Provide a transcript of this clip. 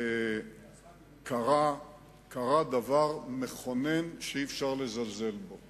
קרה דבר מכונן שאי-אפשר לזלזל בו